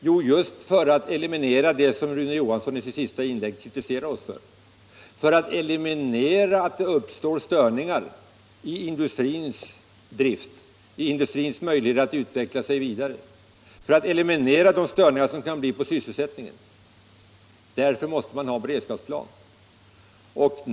Jo, just för att eliminera vad Rune Johansson i sitt senaste inlägg kritiserade oss för, nämligen för att eliminera risken för att det uppstår störningar i industrins drift och industrins möjligheter att utveckla sig vidare och för att eliminera de störningar som kan uppstå på sysselsättningsområdet. Därför måste man ha en beredskapsplan.